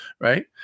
right